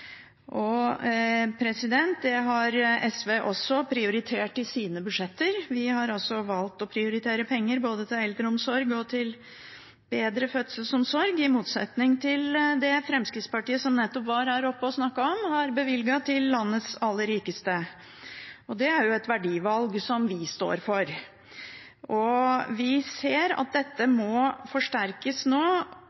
Det har SV også prioritert i sine budsjetter. Vi har valgt å prioritere penger både til eldreomsorg og til bedre fødselsomsorg – i motsetning til Fremskrittspartiet, som nettopp var her oppe og snakket, om at man har bevilget penger til landets aller rikeste – det er et verdivalg som vi står for. Vi ser at dette